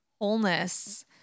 wholeness